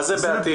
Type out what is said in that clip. מה זה בעתיד,